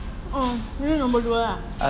oh you nombor dua lah